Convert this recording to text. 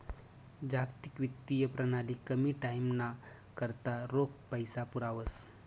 जागतिक वित्तीय प्रणाली कमी टाईमना करता रोख पैसा पुरावस